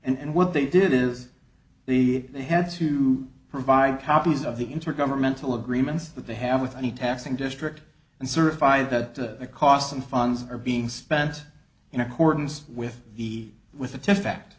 those and what they did is the they had to provide copies of the intergovernmental agreements that they have with any taxing district and certify that the cost and funds are being spent in accordance with the with the to fact